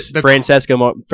Francesco